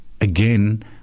again